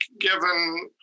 given